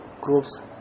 groups